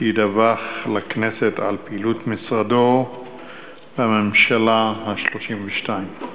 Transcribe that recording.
שידווח לכנסת על פעילות משרדו בממשלה ה-32.